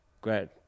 great